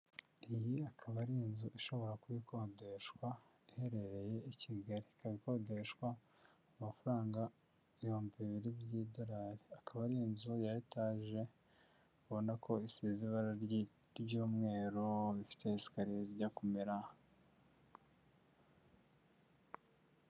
Iyi akaba ari inzu ishobora kuba ikodeshwa iherereye i Kigali, ikaba ikodeshwa amafaranga ibihumbi bibiri by'amadolari, ikaba ari inzu ya etaje ubona ko isize irange ry'umweru, ifite na esekariye.